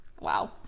wow